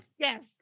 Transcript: Yes